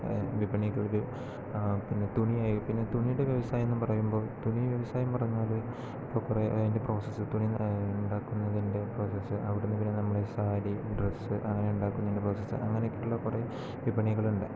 വിപണിയിലുള്ളവർ പിന്നെ തുണി തുണിയുടെ വ്യവസായം പറയുമ്പോൾ തുണി വ്യവസായം പറഞ്ഞാൽ ഇപ്പോൾ കുറേ അതിൻ്റെ പ്രോസസ്സ് തുണി ഉണ്ടാക്കുന്നതിൻറെ പ്രോസസ്സ് അവിടുന്നു പിന്നെ നമ്മള് ഈ സാരി ഡ്രസ്സ് അങ്ങനെ ഉണ്ടാക്കുന്നതിൻറെ പ്രോസസ്സ് അങ്ങനെയൊക്കെയുള്ള കുറേ വിപണികളുണ്ട്